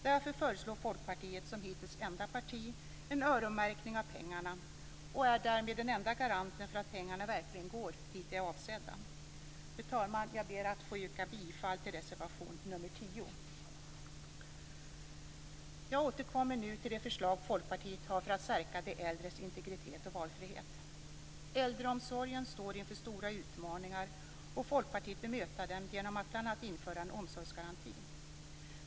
Därför föreslår Folkpartiet som hittills enda parti en öronmärkning av pengarna - och är därmed den enda garanten för att pengarna verkligen går dit där de är avsedda. Fru talman! Jag ber att få yrka bifall till reservation nr 10. Jag återkommer nu till de förslag Folkpartiet har för att stärka de äldres integritet och valfrihet. Äldreomsorgen står inför stora utmaningar, och Folkpartiet vill möta dem genom att bl.a. införa en omsorgsgaranti.